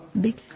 big